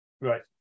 Right